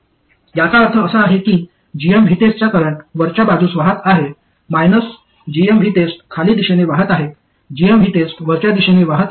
याचा अर्थ असा आहे की gm VTEST चा करंट वरच्या बाजूस वाहत आहे gmVTEST खाली दिशेने वाहत आहे gmVTEST वरच्या दिशेने वाहत आहे